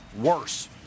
worse